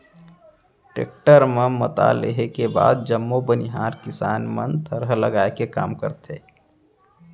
tractor म मता लेहे के बाद जम्मो बनिहार किसान मन थरहा लगाए के काम करथे